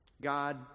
God